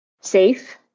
safe